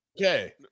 Okay